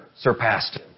surpassed